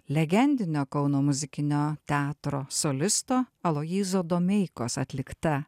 legendinio kauno muzikinio teatro solisto aloyzo domeikos atlikta